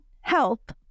help